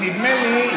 נדמה לי,